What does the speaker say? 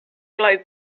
glowed